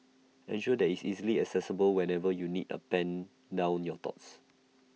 ensure that IT is easily accessible whenever you need A pen down your thoughts